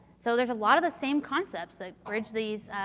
so, there's a lot of the same concepts that bridge these